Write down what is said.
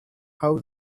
how